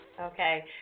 okay